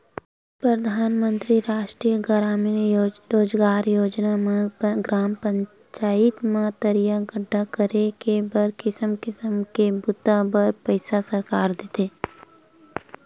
परधानमंतरी रास्टीय गरामीन रोजगार योजना म ग्राम पचईत म तरिया गड्ढ़ा करे के बर किसम किसम के बूता बर पइसा सरकार देथे